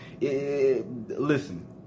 Listen